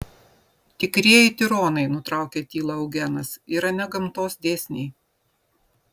tikrieji tironai nutraukė tylą eugenas yra ne gamtos dėsniai